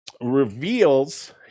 reveals